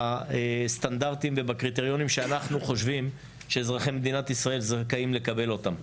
בסטנדרטים ובקריטריונים שאנחנו חושבים שאזרחי מדינת ישראל זכאים לקבל אותם.